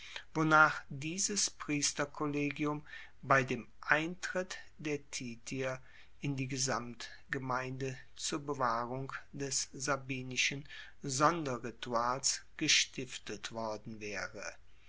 wonach dieses priesterkollegium bei dem eintritt der titier in die gesamtgemeinde zur bewahrung des sabinischen sonderrituals gestiftet worden waere